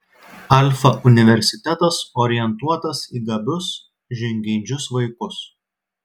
alfa universitetas orientuotas į gabius žingeidžius vaikus